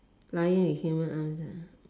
lion with human arms